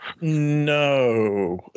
no